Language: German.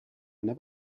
einer